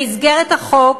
במסגרת החוק